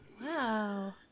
Wow